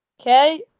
Okay